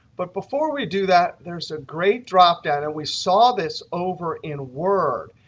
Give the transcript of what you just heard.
but before we do that, there's a great dropdown. and we saw this over in word.